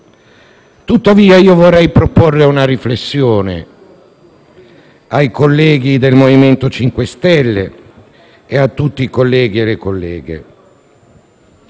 Tuttavia, vorrei proporre una riflessione ai colleghi del MoVimento 5 Stelle e a tutti i colleghi e le colleghe.